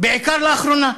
בעיקר לאחרונה.